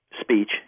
speech